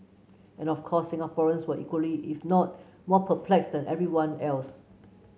and of course Singaporeans were equally if not more perplexed than everyone else